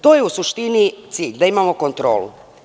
To je u suštini cilj, da imamo kontrolu.